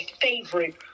favorite